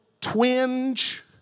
twinge